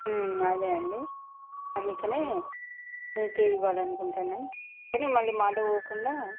అదే అండి అందుకనే మీకే ఇవ్వాలనుకుంటున్నాం కానీ మళ్ళీ మాట పోకుండా